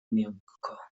miękko